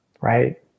right